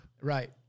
Right